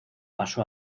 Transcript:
pasó